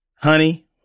Honey